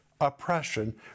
oppression